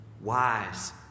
Wise